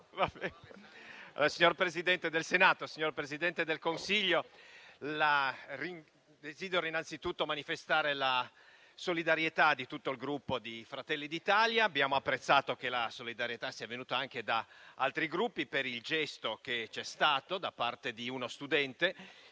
Signor presidente del Senato, signor Presidente del Consiglio, desidero innanzi tutto manifestare la solidarietà di tutto il Gruppo Fratelli d'Italia - che abbiamo apprezzato sia venuta anche da altri Gruppi - per il gesto che c'è stato da parte di uno studente.